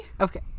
okay